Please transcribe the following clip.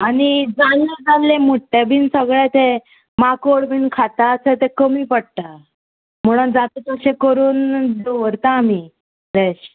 आनी जाल्लें जाल्लें म्हुट्टे बीन सगळें तें माकोड बीन खाता आसा तें कमी पडटा म्हणून जाता तशें करून दवरता आमी फ्रेश